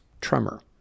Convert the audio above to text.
tremor